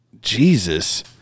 Jesus